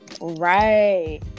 Right